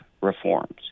reforms